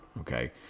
okay